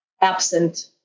absent